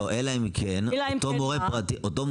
אלא אם כן אותו מורה פרטי,